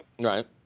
Right